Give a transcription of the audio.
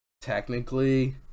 technically